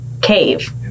cave